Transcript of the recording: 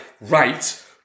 right